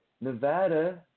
Nevada